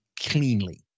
cleanly